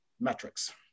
metrics